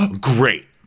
great